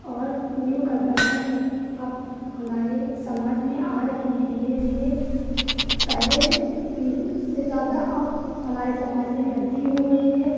और न्यू कल्पनाएँ भी अब हमारे समाज में आ रही है धीरे धीरे पहले से ज़्यादा अब हमारे समाज में वृद्धि हो गई है